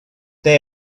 they